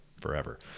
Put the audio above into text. forever